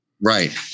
Right